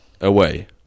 away